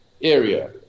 area